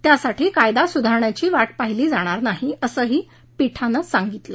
त्यासाठी कायदा सुधारण्याची वाट पाहिली जाणार नाही असंही पीठानं सांगितलं